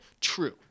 true